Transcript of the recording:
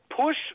push